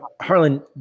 Harlan